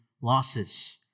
losses